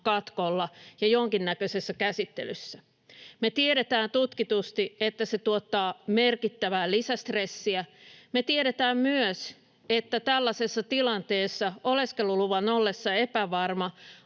katkolla ja jonkinnäköisessä käsittelyssä. Me tiedetään tutkitusti, että se tuottaa merkittävää lisästressiä. Me tiedetään myös, että tällaisessa tilanteessa oleskeluluvan ollessa epävarma